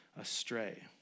astray